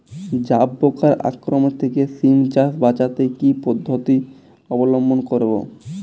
জাব পোকার আক্রমণ থেকে সিম চাষ বাচাতে কি পদ্ধতি অবলম্বন করব?